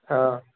ହଁ